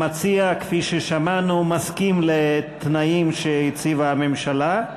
המציע, כפי ששמענו, מסכים לתנאים שהציבה הממשלה.